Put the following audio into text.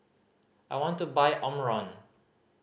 I want to buy Omron